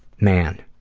man,